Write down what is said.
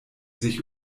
sich